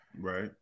right